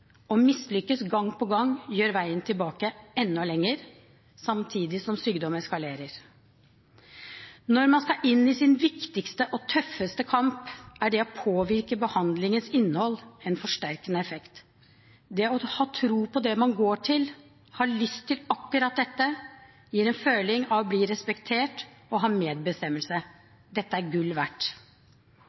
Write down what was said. Å mislykkes gang på gang gjør veien tilbake enda lengre, samtidig som sykdommen eskalerer. Når man skal inn i sin viktigste og tøffeste kamp, er det å påvirke behandlingens innhold en forsterkende effekt. Det å ha tro på det man går til, og ha lyst til akkurat dette, gir en følelse av å bli respektert og å ha medbestemmelse. Det er gull verdt.